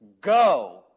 Go